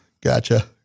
Gotcha